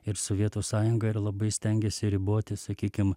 ir sovietų sąjunga ir labai stengėsi riboti sakykim